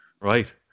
Right